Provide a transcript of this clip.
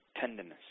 Tenderness